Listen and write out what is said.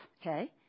okay